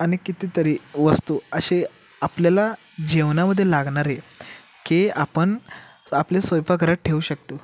आणि कितीतरी वस्तू असे आपल्याला जेवणामध्ये लागणारे की आपण आपल्या स्वयंपाकघरात ठेवू शकतो